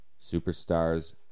Superstars